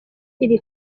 iri